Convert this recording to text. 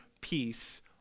peace